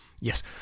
Yes